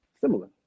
similar